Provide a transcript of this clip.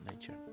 nature